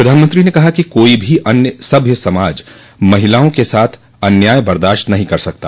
प्रधानमंत्री ने कहा कि कोई भी सभ्य समाज महिलाओं के साथ अन्याय बर्दाश्त नहीं कर सकता